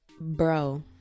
Bro